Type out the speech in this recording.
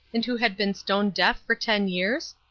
and who had been stone deaf for ten years?